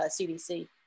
CDC